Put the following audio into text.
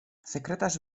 sekretarz